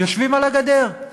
יושבים על הגדר.